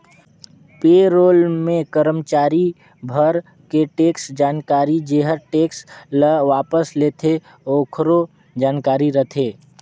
पे role मे करमाचारी भर के टेक्स जानकारी जेहर टेक्स ल वापस लेथे आकरो जानकारी रथे